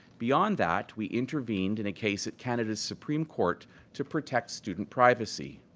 beyond that, we intervened in a case at canada's supreme court to protect student privacy.